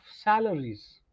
salaries